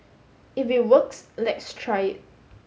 if it works let's try it